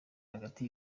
hagati